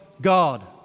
God